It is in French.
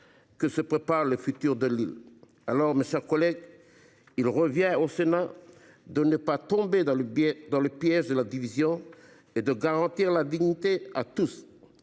que se prépare l’avenir de l’île. Aussi, mes chers collègues, il revient au Sénat de ne pas tomber dans le piège de la division et de garantir à chacun